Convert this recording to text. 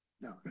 no